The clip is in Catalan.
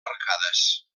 arcades